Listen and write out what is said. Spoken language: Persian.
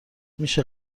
میشه